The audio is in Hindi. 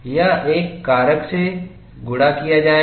यह एक कारक से गुणा किया जाएगा